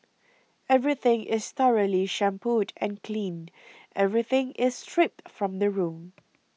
everything is thoroughly shampooed and cleaned everything is stripped from the room